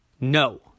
no